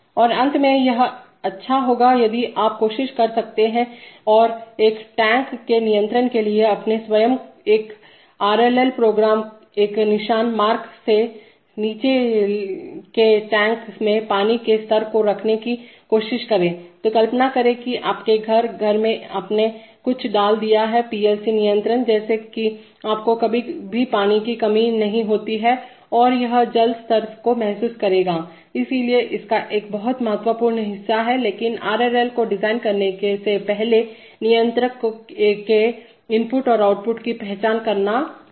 और अंत में यह अच्छा होगा यदि आप कोशिश कर सकते हैं और एक टैंक के नियंत्रण के लिए अपने स्वयं के आरएलएल प्रोग्रामको एक निशान मार्क से नीचे एक टैंक में पानी के स्तर को रखने की कोशिश करें तो कल्पना करें कि आपके घर घर में आपने कुछ डाल दिया है पीएलसी नियंत्रण जैसे कि आपको कभी भी पानी की कमी नहीं होती है और यह जल स्तर को महसूस करेगा इसलिए इसका एक बहुत महत्वपूर्ण हिस्सा है लेकिन आरएलएल को डिजाइन करने से पहले नियंत्रक के इनपुट और आउटपुट की पहचान करना पड़ता है